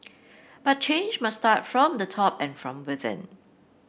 but change must start from the top and from within